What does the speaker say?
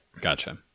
gotcha